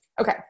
Okay